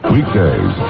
Weekdays